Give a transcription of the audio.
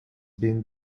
been